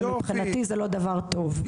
ומבחינתי זה לא דבר טוב.